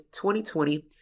2020